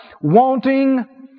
wanting